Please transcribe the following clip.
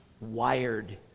wired